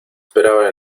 esperaba